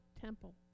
temple